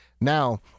now